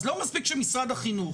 אז לא מספיק שמשרד החינוך